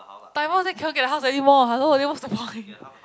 Taiwan also cannot get the house anymore hello then what's the point